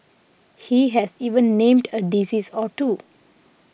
he has even named a disease or two